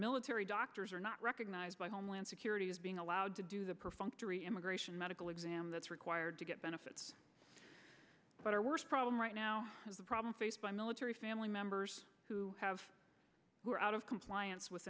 military doctors are not recognized by homeland security as being allowed to do the perfunctory immigration medical exam that's required to get benefits but our worst problem right now is a problem faced by military family members who have who are out of compliance with